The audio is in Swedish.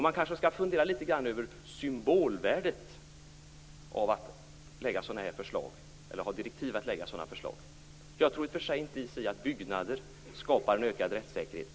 Man kanske skall fundera litet grand över symbolvärdet av direktiv att lägga fram sådana förslag. Jag tror i och för sig inte att byggnader i sig skapar en ökad rättssäkerhet.